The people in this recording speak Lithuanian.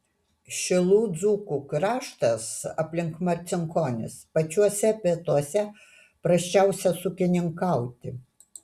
šilų dzūkų kraštas aplink marcinkonis pačiuose pietuose prasčiausias ūkininkauti